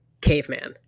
caveman